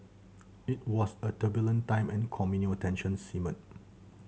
it was a turbulent time and communal tensions simmered